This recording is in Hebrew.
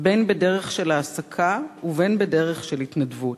בין בדרך של העסקה ובין בדרך של התנדבות.